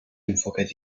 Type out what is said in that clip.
enfoques